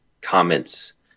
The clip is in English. comments